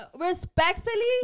respectfully